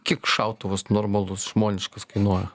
kiek šautuvas normalus žmoniškas kainuoja